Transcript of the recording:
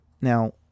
Now